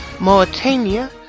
Mauritania